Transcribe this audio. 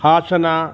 Hassan